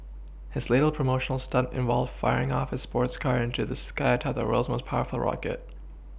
his latest promotional stunt involved firing off a sports car into the sky atop the world's most powerful rocket